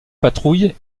patrouille